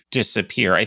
disappear